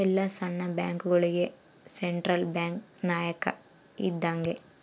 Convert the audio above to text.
ಎಲ್ಲ ಸಣ್ಣ ಬ್ಯಾಂಕ್ಗಳುಗೆ ಸೆಂಟ್ರಲ್ ಬ್ಯಾಂಕ್ ನಾಯಕ ಇದ್ದಂಗೆ